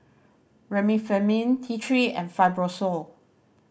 Remifemin T Three and Fibrosol